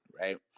right